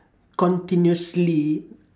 continuously